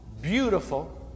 beautiful